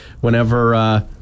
whenever